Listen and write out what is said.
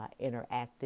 interactive